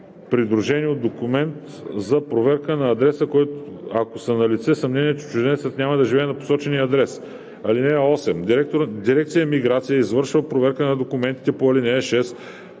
придружени от документ за проверка на адреса, ако са налице съмнения, че чужденецът няма да живее на посочения адрес. (8) Дирекция „Миграция“ извършва проверка на документите по ал. 6,